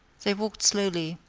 they walked slowly,